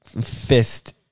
fist